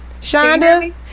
Shonda